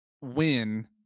win